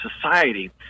society